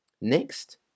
next